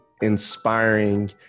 inspiring